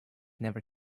never